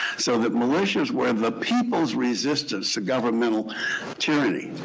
so that militias were the people's resistance to governmental tyranny.